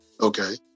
okay